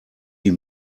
die